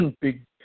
big